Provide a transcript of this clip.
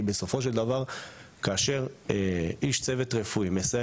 כי בסופו של דבר כאשר איש צוות רפואי מסיים